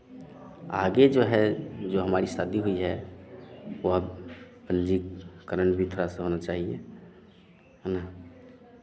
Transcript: आगे जो है जो हमारी शादी हुई है वो पंजीकरण भी थोड़ा सा होना चाहिए है ना